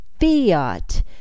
fiat